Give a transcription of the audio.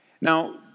Now